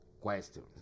question